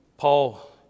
Paul